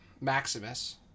Maximus